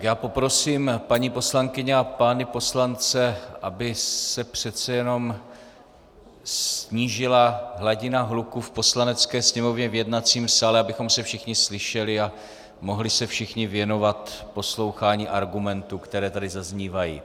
Já poprosím paní poslankyně a pány poslance, aby se přece jenom snížila hladina hluku v Poslanecké sněmovně, v jednacím sále, abychom se všichni slyšeli a mohli se všichni věnovat poslouchání argumentů, které tady zaznívají.